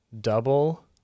double